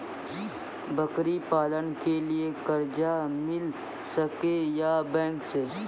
बकरी पालन के लिए कर्ज मिल सके या बैंक से?